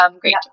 great